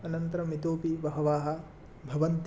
अनन्तरमितोऽपि बहवः भवन्ति